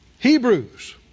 Hebrews